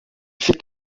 fait